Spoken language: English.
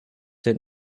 sit